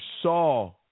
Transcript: saw